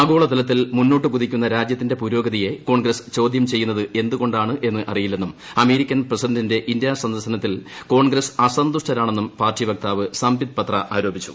ആഗോളതലത്തിൽ മുന്നോട്ട് കുതിക്കുന്ന രാജൃത്തിന്റെ പുരോഗതിയെ കോൺഗ്രസ് ചോദൃം ചെയ്യുന്നത് എന്തുകൊണ്ടാണെന്നറിയില്ലെന്നും അമേരിക്കൻ പ്രസിഡന്റിന്റെ ഇന്ത്യാ സന്ദർശനത്തിൽ കോൺഗ്രസ് അസന്തുഷ്ടരാണെന്നും പാർട്ടി വക്താവ് സമ്പിത് പത്ര ആരോപിച്ചു